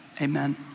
amen